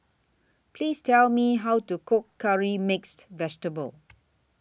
Please Tell Me How to Cook Curry Mixed Vegetable